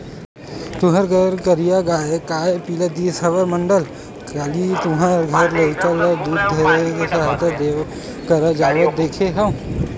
तुँहर घर के करिया गाँय काय पिला दिस हवय मंडल, काली तुँहर घर लइका ल दूद धर के सहाड़ा देव करा जावत देखे हँव?